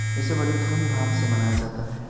इसे बड़ी धूमधाम से मनाया जाता है